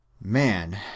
man